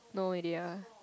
no idea